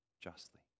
justly